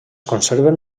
conserven